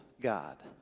God